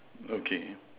okay